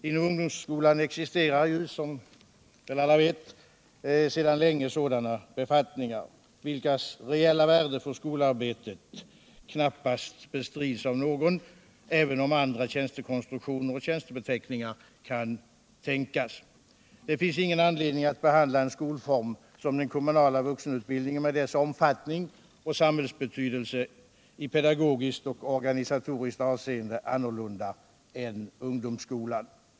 Inom ungdomsskolan existerar, som alla vet, sedan länge sådana arvodesbefattningar, vilkas reella värde för skolarbetet knappast — även om andra tjänstekonstruktioner och tjänstebeteckningar kan tänkas — bestrids av någon. Det finns ingen anledning att behandla en skolform som den kommunala vuxenutbildningen med dess omfattning och samhällsbetydelse i pedagogiskt och organisatoriskt avseende annorlunda än ungdomsskolan.